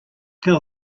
tell